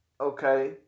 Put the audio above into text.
Okay